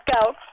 go